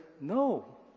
no